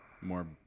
more